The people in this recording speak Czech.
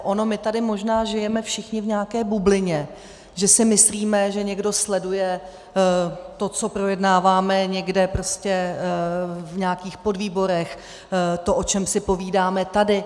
Ono my tady možná žijeme všichni v nějaké bublině, že si myslíme, že někdo sleduje to, co projednáváme někde v nějakých podvýborech, to, o čem si povídáme tady.